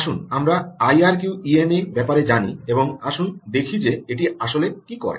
আসুন আমরা আইআরকিউইএনএ ব্যাপারে জানি এবং আসুন দেখি যে এটি আসলে কী করে